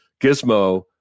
gizmo